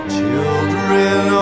Children